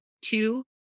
two